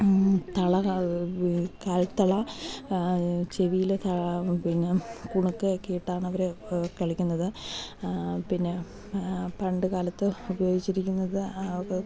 തള കാൽ തള ചെവിയിൽ പിന്നെ കുണുക്ക് ഒക്കെ ഇട്ടാണ് അവർ കളിക്കുന്നത് പിന്നെ പണ്ട് കാലത്ത് ഉപയോഗിച്ചിരിക്കുന്നത്